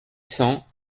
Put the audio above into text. cent